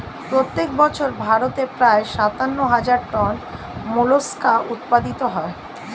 প্রত্যেক বছর ভারতে প্রায় সাতান্ন হাজার টন মোলাস্কা উৎপাদিত হয়